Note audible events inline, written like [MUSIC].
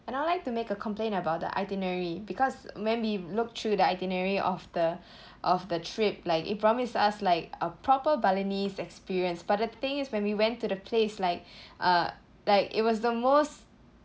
and I'd like to make a complaint about the itinerary because when we look through the itinerary of the [BREATH] of the trip like it promised us like a proper balinese experience but the thing is when we went to the place like uh like it was the most